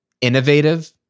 innovative